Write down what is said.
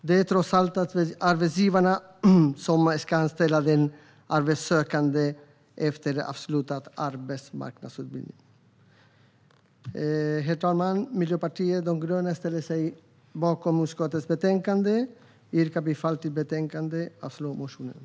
Det är trots allt arbetsgivarna som ska anställa den arbetssökande efter avslutad arbetsmarknadsutbildning. Herr talman! Miljöpartiet de gröna yrkar bifall till utskottets förslag i betänkandet och avslag på motionerna.